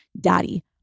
daddy